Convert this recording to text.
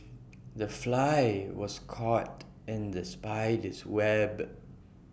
the fly was caught in the spider's web